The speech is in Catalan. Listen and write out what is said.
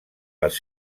les